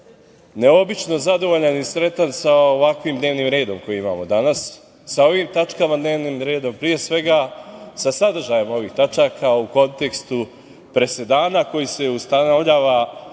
neobično zadovoljan i srećan sa ovakvim dnevnim redom kojim imamo danas, sa ovim tačkama dnevnog reda, pre svega sa sadržajem ovih tačaka u kontekstu presedana koji se ustanovljava